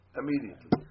immediately